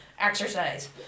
exercise